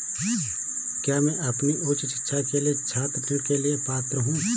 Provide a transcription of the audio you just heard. क्या मैं अपनी उच्च शिक्षा के लिए छात्र ऋण के लिए पात्र हूँ?